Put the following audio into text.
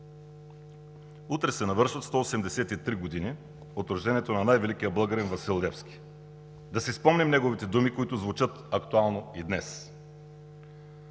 Утре се навършват 183 години от рождението на най-великия българин Васил Левски – да си спомним неговите думи, които звучат и днес: